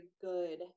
good